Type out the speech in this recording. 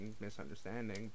misunderstanding